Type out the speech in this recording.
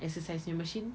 exercise nya machine